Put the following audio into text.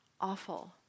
awful